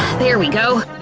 there we go.